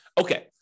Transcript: Okay